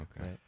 okay